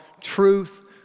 truth